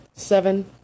seven